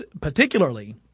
particularly